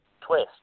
twist